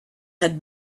had